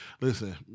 listen